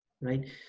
right